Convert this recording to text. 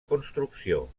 construcció